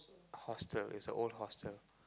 hostel it's a old hostel